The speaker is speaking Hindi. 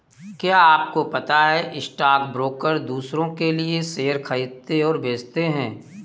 क्या आपको पता है स्टॉक ब्रोकर दुसरो के लिए शेयर खरीदते और बेचते है?